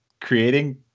creating